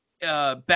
back